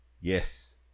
Yes